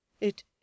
It